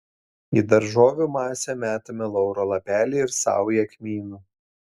į daržovių masę metame lauro lapelį ir saują kmynų